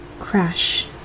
crash